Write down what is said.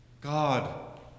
God